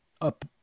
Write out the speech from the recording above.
up